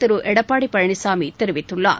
திரு எடப்பாடி பழனிசாமி தெரிவித்துள்ளார்